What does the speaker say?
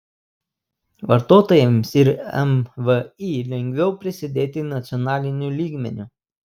vartotojams ir mvį lengviau prisidėti nacionaliniu lygmeniu